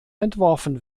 entworfen